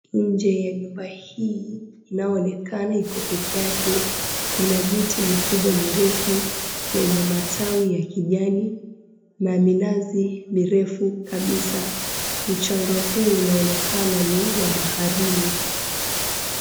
Nje ya nyumba hii inayoonekana iko peke yake kuna miti mikubwa mirefu yenye matawi ya kijani na minazi mirefu kabisa. Mchanga huu unaonekana ni wa baharini.